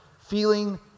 feeling